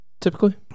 Typically